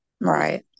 Right